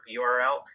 URL